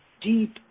deep